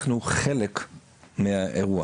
אנחנו חלק מהאירוע.